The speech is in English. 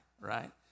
right